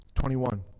Twenty-one